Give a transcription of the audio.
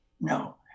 No